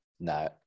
No